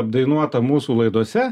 apdainuota mūsų laidose